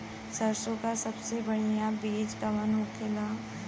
सरसों का सबसे बढ़ियां बीज कवन होखेला?